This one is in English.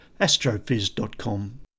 astrophys.com